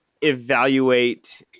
evaluate